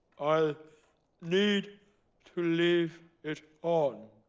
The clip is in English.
i need to leave it on.